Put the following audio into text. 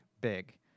big